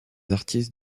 artistes